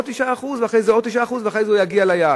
עוד 9% ואחרי זה עוד 9% ואחרי זה הוא יגיע ליעד.